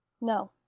no